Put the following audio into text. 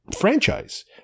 franchise